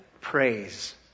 Praise